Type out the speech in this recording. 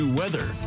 weather